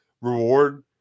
reward